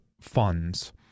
funds